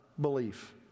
belief